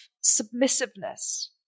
submissiveness